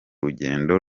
rugendo